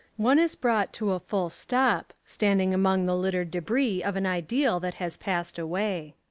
one is brought to a full stop, standing among the lit tered debris of an ideal that has passed away.